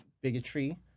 bigotry